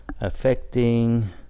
affecting